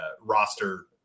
roster